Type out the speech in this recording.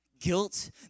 guilt